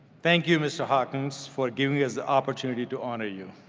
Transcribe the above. thank you mr. hawkins, for giving us the opportunity to honor you.